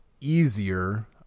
easier